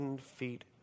feet